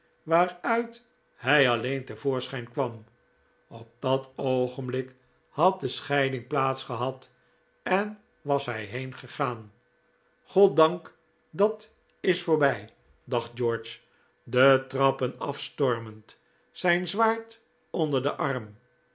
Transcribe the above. waaruit hij allecn te voorschijn kwam op dat oogenblik had de scheiding plaats gehad en was hij heengegaan goddank dat is voorbij dacht george de trappen afstormend zijn zwaard onder den arm